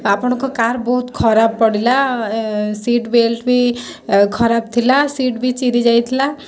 ଆପଣଙ୍କ କାର୍ ବହୁତ ଖରାପ ପଡ଼ିଲା ସିଟ୍ ବେଲ୍ଟ ବି ଖରାପ ଥିଲା ସିଟ୍ବି ଚିରି ଯାଇଥିଲା